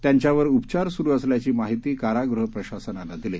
त्यांच्यावर उपचार सुरू असल्याची माहिती कारागृह प्रशासनाने दिली